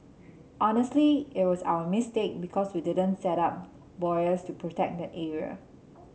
honestly it was our mistake because we didn't set up buoys to protect the area